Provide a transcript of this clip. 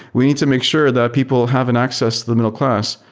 we need to make sure that people have an access to the middleclass.